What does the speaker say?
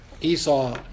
Esau